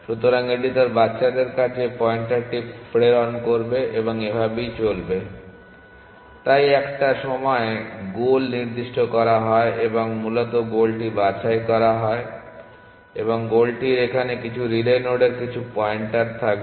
সুতরাং এটি তার বাচ্চাদের কাছে পয়েন্টারটি প্রেরণ করবে এবং এভাবেই চলবে তাই একটা সময়ে গোল নির্দিষ্ট করা হয় এবং মূলত গোলটি বাছাই করা হয় এবং গোলটির এখানে কিছু রিলে নোডের কিছু পয়েন্টার থাকবে